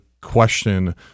question